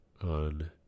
on